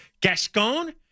Gascon